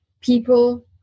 people